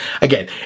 Again